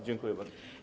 Dziękuję bardzo.